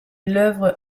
l’œuvre